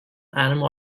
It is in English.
animal